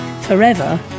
forever